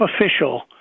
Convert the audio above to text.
official